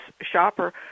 shopper